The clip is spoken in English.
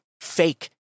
fake